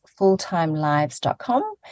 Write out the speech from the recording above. fulltimelives.com